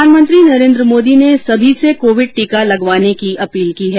प्रधानमंत्री नरेन्द्र मोदी ने सभी से कोविड टीका लगवाने की अपील की है